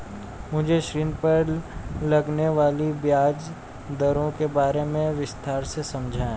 मुझे ऋण पर लगने वाली ब्याज दरों के बारे में विस्तार से समझाएं